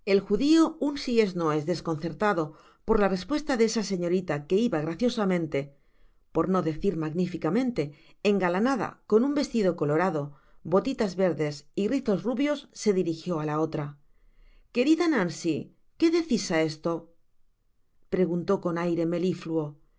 el judío un si es ó no es desconcertado por la respuesta de esa señorita que iba graciosamente por no decir magnifcamente engalanada con un vestido colorado botitas verdes y rizos rubios se dirijió á la otra hi querida nancy que dices á esto preguntii con aire melifluo que